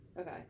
Okay